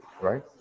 right